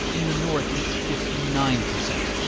in the north, it's fifty nine percent,